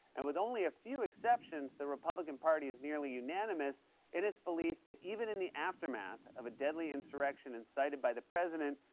and with only a few exceptions, the republican party is nearly unanimous in its belief that even in the aftermath of a deadly insurrection incited by the president,